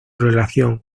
relación